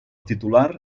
titular